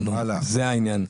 זה העניין.